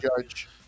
judge